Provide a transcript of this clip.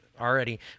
already